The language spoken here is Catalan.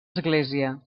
església